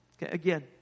Again